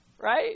right